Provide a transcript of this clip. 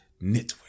Network